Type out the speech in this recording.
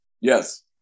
Yes